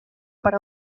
para